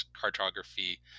cartography